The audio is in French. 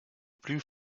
plus